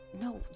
no